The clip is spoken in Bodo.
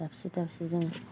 दाबसे दाबसे जों